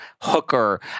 hooker